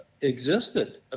existed